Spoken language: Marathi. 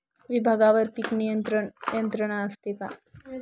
विभागवार पीक नियंत्रण यंत्रणा असते का?